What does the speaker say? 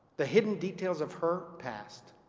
the hidden details of her past